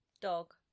Dog